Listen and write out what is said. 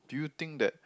do you think that